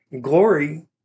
Glory